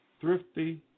thrifty